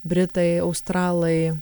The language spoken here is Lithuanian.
britai australai